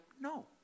no